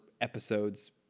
episodes